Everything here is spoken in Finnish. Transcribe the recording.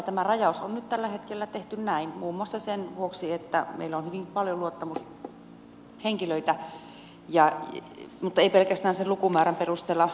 tämä rajaus on nyt tällä hetkellä tehty näin muun muassa sen vuoksi että meillä on hyvin paljon luottamushenkilöitä mutta ei pelkästään sen lukumäärän perusteella